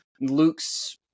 Luke's